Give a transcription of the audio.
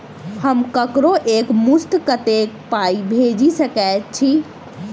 हम ककरो एक मुस्त कत्तेक पाई भेजि सकय छी?